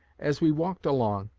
as we walked along,